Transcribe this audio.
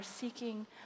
seeking